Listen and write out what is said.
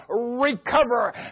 recover